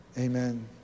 amen